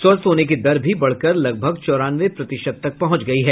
स्वस्थ होने की दर भी बढ़ कर लगभग चौरानवे प्रतिशत तक पहुंच गई है